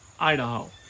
Idaho